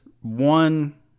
one